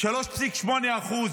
ב-3.8%.